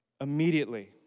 immediately